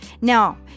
Now